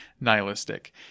nihilistic